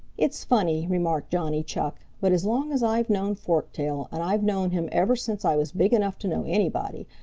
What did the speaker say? it's funny, remarked johnny chuck, but as long as i've known forktail, and i've known him ever since i was big enough to know anybody,